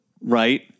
right